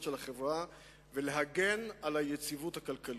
של החברה ולהגן על היציבות הכלכלית.